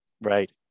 Right